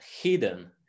hidden